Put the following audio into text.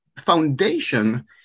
foundation